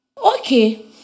Okay